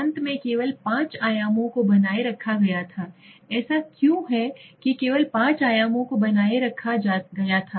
अंत में केवल 5 आयामों को बनाए रखा गया था ऐसा क्यों कि केवल 5 आयामों को बनाए रखा गया था